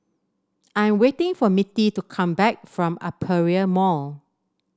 I'm waiting for Mittie to come back from Aperia Mall